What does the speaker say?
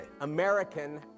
American